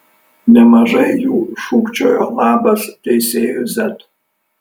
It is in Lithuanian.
nemažai jų šūkčiojo labas teisėjui z